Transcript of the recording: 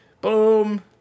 Boom